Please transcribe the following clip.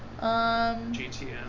GTM